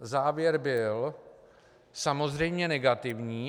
Závěr byl samozřejmě negativní.